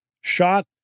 shot